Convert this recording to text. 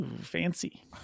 fancy